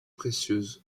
précieuses